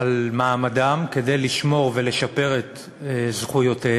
על מעמדם, כדי לשמור ולשפר את זכויותיהם,